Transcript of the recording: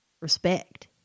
respect